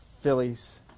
Phillies